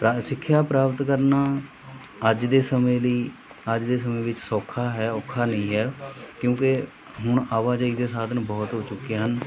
ਤਾਂ ਸਿੱਖਿਆ ਪ੍ਰਾਪਤ ਕਰਨਾ ਅੱਜ ਦੇ ਸਮੇਂ ਲਈ ਅੱਜ ਦੇ ਸਮੇਂ ਵਿੱਚ ਸੌਖਾ ਹੈ ਔਖਾ ਨਹੀਂ ਹੈ ਕਿਉਂਕਿ ਹੁਣ ਆਵਾਜਾਈ ਦੇ ਸਾਧਨ ਬਹੁਤ ਹੋ ਚੁੱਕੇ ਹਨ